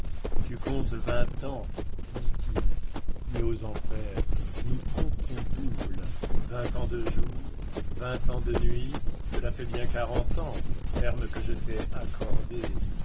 tu comptes vingt ans dit-il mais aux enfers nous comptons double vingt ans de jours vingt ans de nuit cela fait bien quarante ans terme que je t'ai accordé